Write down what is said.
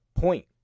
point